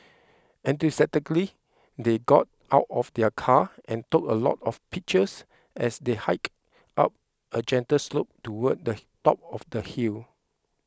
enthusiastically they got out of their car and took a lot of pictures as they hiked up a gentle slope toward the top of the hill